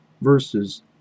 verses